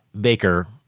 Baker